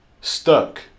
Stuck